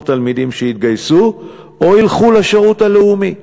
תלמידים שיתגייסו או ילכו לשירות הלאומי,